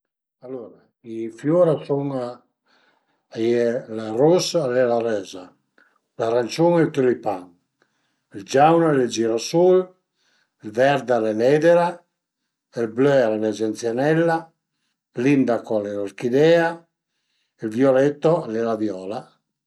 Alura i fiur a sun, a ie, ël rus al e la röza, l'aranciun ël tülipan, ël giaun al e ël girasul, ël vert al e l'edera, ël blö la genzianella, l'indaco al e l'orchidea e ël violetto al e la viola